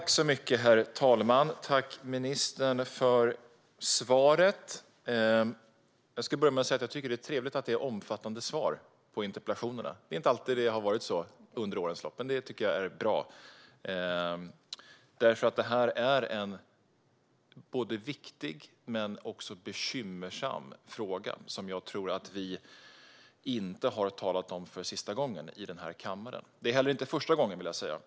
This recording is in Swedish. Herr talman! Tack, ministern, för svaret! Jag vill börja med att säga att jag tycker att det är trevligt att svaren på interpellationerna är omfattande. Det har inte alltid varit så under årens lopp, men jag tycker att det är bra. Detta är en både viktig och bekymmersam fråga, som jag tror att vi inte har talat om för sista gången i denna kammare. Det är heller inte första gången, vill jag säga.